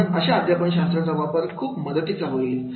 म्हणून अशा अध्यापन शास्त्राचा वापर खूप मदतीचा होईल